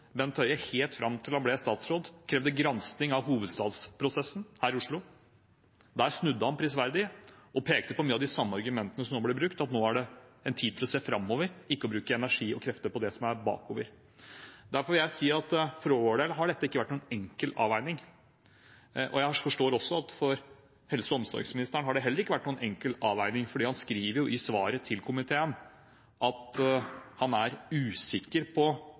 Bent Høie, helt fram til han ble statsråd, krevde granskning av hovedstadsprosessen her i Oslo. Der snudde han prisverdig og pekte på mange av de samme argumentene som nå blir brukt, at nå er det tid for å se framover og ikke bruke energi og krefter på det som ligger bak oss. Derfor vil jeg si at for vår del har dette ikke vært noen enkel avveining, og jeg forstår også at det heller ikke for helse- og omsorgsministeren har vært noen enkel avveining. Han skriver jo i svaret til komiteen at han er usikker på